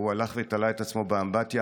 הוא הלך ותלה את עצמו באמבטיה.